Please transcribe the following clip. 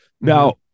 Now